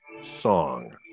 song